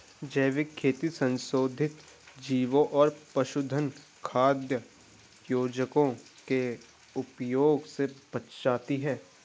जैविक खेती संशोधित जीवों और पशुधन खाद्य योजकों के उपयोग से बचाती है